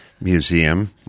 museum